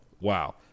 Wow